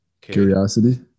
Curiosity